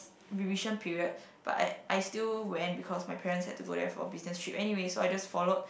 revision period but I I still went because my parents had to go there for business trip anyway so I just followed